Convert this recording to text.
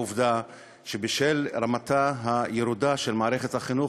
העובדה שבשל רמתה הירודה של מערכת החינוך